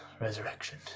resurrection